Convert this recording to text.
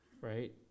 right